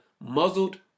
muzzled